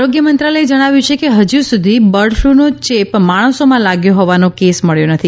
આરોગ્ય મંત્રાલયે જણાવ્યું છે કે હજી સુધી બર્ડફ્લૂનો ચેપ માણસોમાં લાગ્યો હોવાનો કેસ મળ્યો નથી